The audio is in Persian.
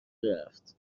رفت